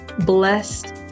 blessed